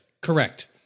Correct